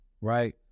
right